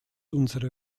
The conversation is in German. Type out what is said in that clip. unsere